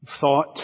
thought